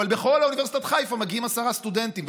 אבל בכל אוניברסיטת חיפה מגיעים עשרה סטודנטים,